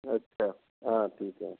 अच्छा हाँ ठीक है